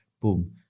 boom